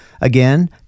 Again